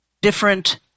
different